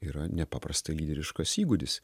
yra nepaprastai lyderiškas įgūdis